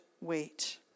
wait